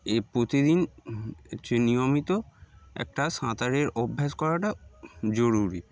এ প্রতিদিন হচ্ছে নিয়মিত একটা সাঁতারের অভ্যাস করাটা জরুরি